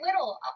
little